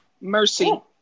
Mercy